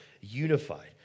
unified